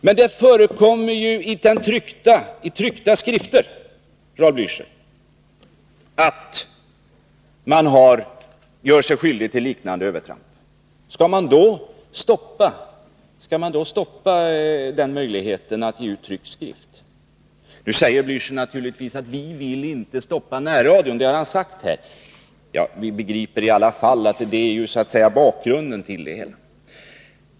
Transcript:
Men det förekommer i tryckta skrifter, Raul Blächer, att man gör sig skyldig till rasistiska övertramp. Skall vi då stoppa möjligheten att ge ut tryckt skrift? Raul Blächer säger naturligtvis: Vi vill inte stoppa närradion. Det har han sagt här. Men vi begriper i alla fall att det är den egentliga bakgrunden till det hela.